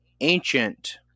ancient